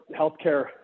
healthcare